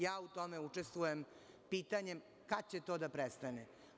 Ja u tome učestvujem pitanje, kad će to da prestane.